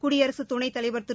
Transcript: குடியரசுத் துணைத் தலைவர் திரு